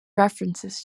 references